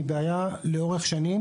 היא בעיה לאורך שנים